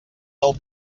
del